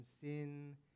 sin